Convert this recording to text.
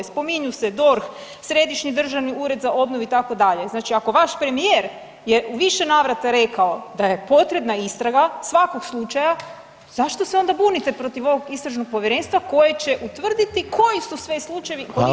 Spominju se DORH, Središnji državni ured za obnovu itd., znači ako vaš premijer je u više navrata rekao da je potrebna istraga svakog slučaja zašto se onda bunite protiv ovog istražnog povjerenstva koje će utvrditi koji su sve slučajevi [[Upadica: Hvala.]] koliko ih je bilo.